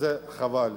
וזה חבל.